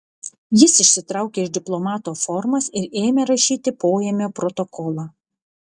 jis išsitraukė iš diplomato formas ir ėmė rašyti poėmio protokolą